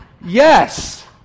yes